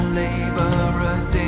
laborers